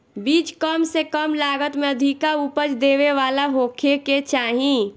बीज कम से कम लागत में अधिका उपज देवे वाला होखे के चाही